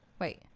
Wait